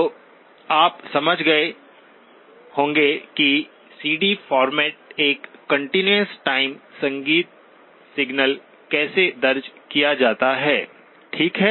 तो आप समझ गए होंगे कि सीडी फॉर्मेट पर कंटीन्यूअस टाइम संगीत सिग्नल कैसे दर्ज किया जाता है ठीक है